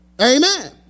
Amen